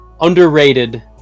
underrated